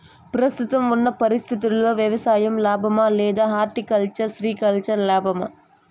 ప్రస్తుతం ఉన్న పరిస్థితుల్లో వ్యవసాయం లాభమా? లేదా హార్టికల్చర్, సెరికల్చర్ లాభమా?